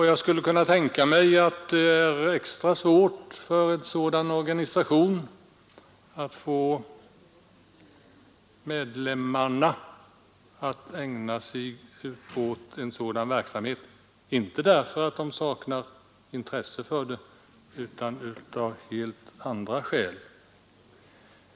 Jag skulle också kunna tänka mig att det är extra svårt för en sådan organisation att få medlemmarna att ägna sig åt en verksamhet av detta slag — inte därför att de saknar intresse för det utan av helt andra skäl.